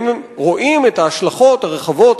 האם רואים את ההשלכות הרחבות,